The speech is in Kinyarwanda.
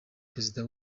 perezida